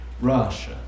Russia